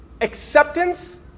acceptance